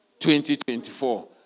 2024